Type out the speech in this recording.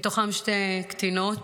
מתוכן שתי קטינות.